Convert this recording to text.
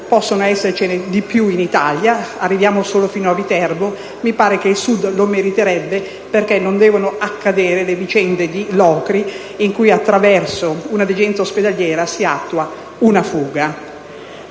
possono essercene di più in Italia: arriviamo solo fino a Viterbo. Mi sembra che il Sud lo meriterebbe, perché non devono accadere vicende come quella di Locri dove, attraverso una degenza ospedaliera, si attua una fuga.